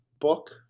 book